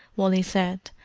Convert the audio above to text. wally said,